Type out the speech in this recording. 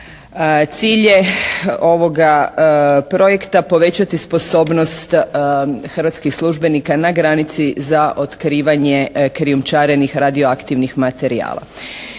Cilj je ovoga projekta poveća sposobnost hrvatskih službenika na granici za otkrivanje krijumčarenih radioaktivnih materijala.